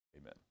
Amen